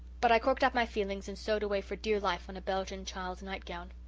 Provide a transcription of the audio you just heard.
but i corked up my feelings and sewed away for dear life on a belgian child's nightgown.